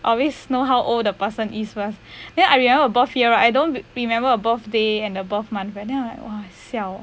I always know how old the person is first then I remember the birth year right I don't remember the birthday and the birth month then I like !wah! siao